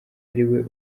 ariwe